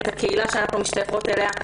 את הקהילה שאנחנו משתייכות אליה.